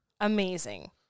amazing